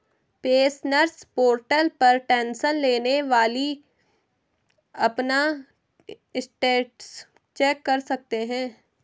pensioners portal पर tension लेने वाली अपना स्टेटस चेक कर सकते हैं